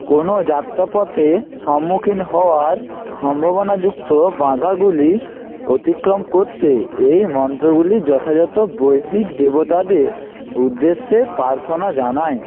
কোনও যাত্রাপথে সম্মুখীন হওয়ার সম্ভবনাযুক্ত বাধাগুলি অতিক্রম করতে এই মন্ত্রগুলি যথাযথ বৈদিক দেবতাদের উদ্দেশ্যে প্রার্থনা জানায়